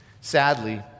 Sadly